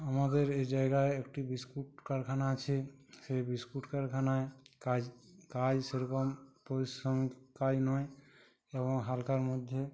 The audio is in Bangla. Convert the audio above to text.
আমাদের এ জায়গায় একটি বিস্কুট কারখানা আছে সেই বিস্কুট কারখানায় কাজ কাজ সেরকম পরিশ্রম কাজ নয় এবং হালকার মধ্যে